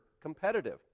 competitive